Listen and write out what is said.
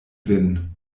vin